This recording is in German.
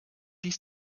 dies